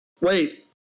Wait